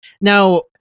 now